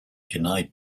denied